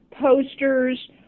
posters